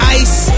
ice